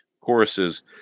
choruses